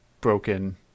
broken